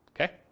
Okay